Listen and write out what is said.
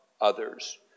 others